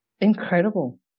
Incredible